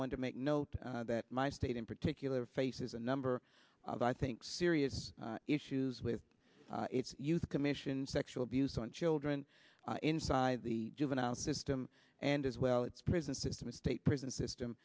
want to make note that my state in particular faces a number of i think serious issues with its youth commission sexual abuse on children inside the juvenile system and as well it's prison system a state prison system